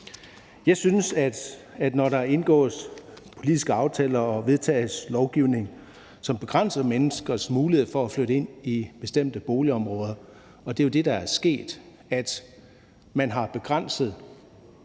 Jeg synes, at når der indgås politiske aftaler og vedtages lovgivning, som begrænser menneskers muligheder for at flytte ind i bestemte boligområder – og det er jo det, der er sket – har man begrænset